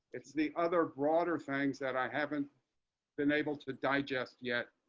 it's the other broader things that i haven't been able to digest yet.